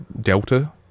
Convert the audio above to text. delta